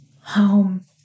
home